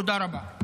תודה רבה.